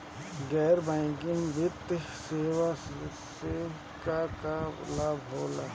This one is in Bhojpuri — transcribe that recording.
गैर बैंकिंग वित्तीय सेवाएं से का का लाभ होला?